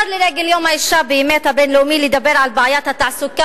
לרגל יום האשה הבין-לאומי אפשר באמת לדבר על בעיית התעסוקה,